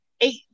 eight